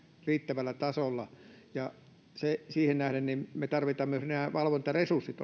riittävällä tasolla siihen nähden me tarvitsemme myös riittävät valvontaresurssit